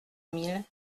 mille